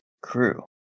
crew